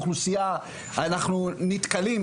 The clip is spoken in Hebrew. אנחנו נתקלים,